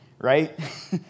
right